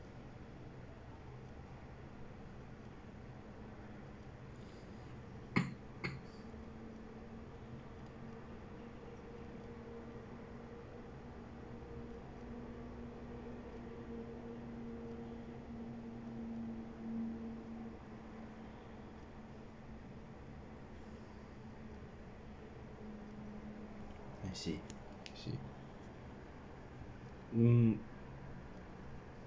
I see I see mm